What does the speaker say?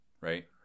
right